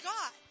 God